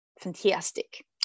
fantastic